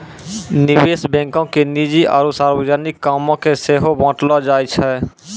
निवेश बैंको के निजी आरु सार्वजनिक कामो के सेहो बांटलो जाय छै